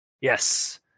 yes